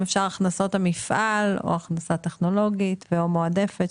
אם אפשר הכנסות המפעל או הכנסה טכנולוגית או מועדפת,